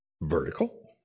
vertical